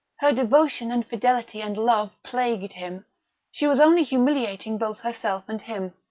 her devotion and fidelity and love plagued him she was only humiliating both herself and him.